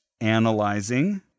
analyzing